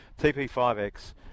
TP5X